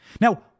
Now